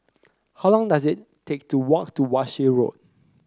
how long does it take to walk to Walsh Road